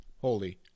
holy